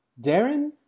Darren